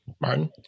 Martin